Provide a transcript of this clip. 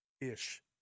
ish